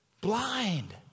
Blind